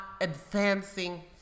advancing